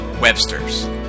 Webster's